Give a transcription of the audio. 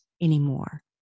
anymore